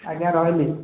ଆଜ୍ଞା ରହିଲି